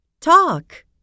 talk